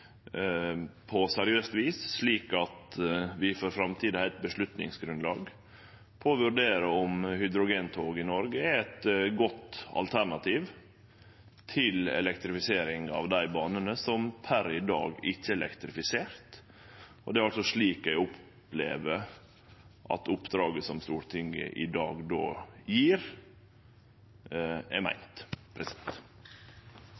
på seriøst vis, slik at vi for framtida har eit grunnlag for avgjerd til å vurdere om hydrogentog i Noreg er eit godt alternativ til elektrifisering av dei banene som per i dag ikkje er elektrifiserte. Det er slik eg opplever at det oppdraget som Stortinget i dag gjev, er meint.